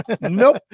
nope